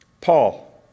Paul